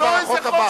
החוק כבר עבר.